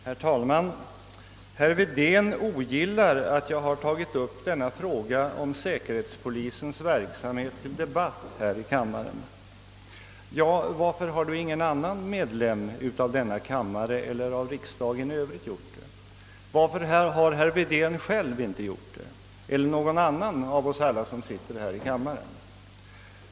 Herr talman! Herr Wedén ogillar att jag har tagit upp denna fråga om säkerhetspolisens verksamhet till debatt här i kammaren. Ja, varför har då ingen annan ledamot av denna kammare eller medkammaren tagit upp frågan? Varför har inte herr Wedén själv gjort det?